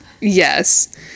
Yes